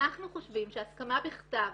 אנחנו חושבים שהסכמה בכתב,